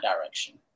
direction